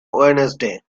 wednesday